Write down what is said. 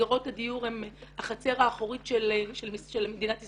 שמסגרות הדיור הן החצר האחורית של מדינת ישראל.